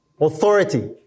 authority